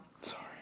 sorry